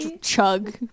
chug